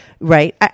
right